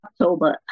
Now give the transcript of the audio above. October